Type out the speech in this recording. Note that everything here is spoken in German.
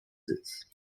sitz